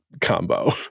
Combo